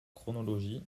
chronologie